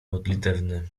modlitewny